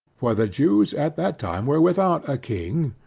for the jews at that time were without a king,